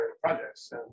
projects